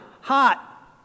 hot